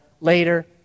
Later